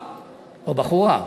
בחורה.